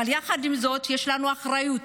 יחד עם זאת, יש לנו אחריות